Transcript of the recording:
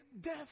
death